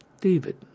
David